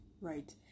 right